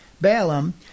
Balaam